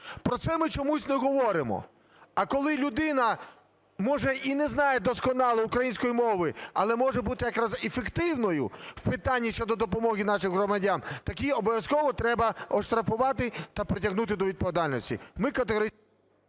про це ми чомусь не говоримо. А коли людина, може, і не знає досконало української мови, але може бути якраз ефективною в питанні щодо допомоги нашим громадянам, так її обов'язково треба оштрафувати та притягнути до відповідальності. Ми категорично...